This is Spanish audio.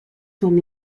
son